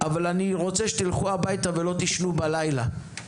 אבל אני רוצה שתלכו הביתה ולא תישנו בלילה,